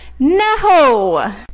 No